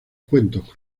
cuentos